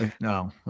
No